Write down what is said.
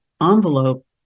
envelope